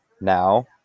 Now